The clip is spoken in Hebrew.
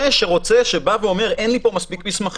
עליו לדעת" אז ברור שיש יישום שונה למבחן המאזני